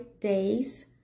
days